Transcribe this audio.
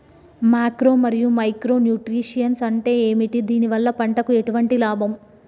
Macro మరియు micro nutrients అంటే ఏమిటి? దీనివల్ల పంటకు ఎటువంటి లాభం?